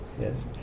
yes